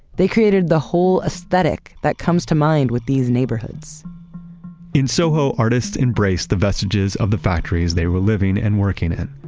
they created the whole aesthetic that comes to mind with these neighborhoods in soho, artists embraced the vestiges of the factories they were living and working in.